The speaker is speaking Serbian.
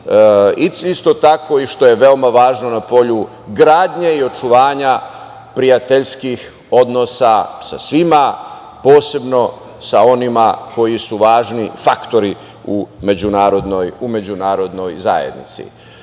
isto tako i što je veoma važno na polju gradnje i očuvanja prijateljskih odnosa sa svima, posebno sa onima koji su važni faktori u međunarodnoj zajednici. Pitanje